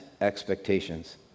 expectations